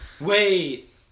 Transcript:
Wait